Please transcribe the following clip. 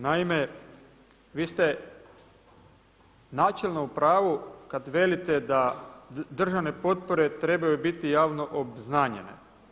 Naime, vi ste načelno u pravu kada vidite da državne potpore trebaju biti javno obznanjene.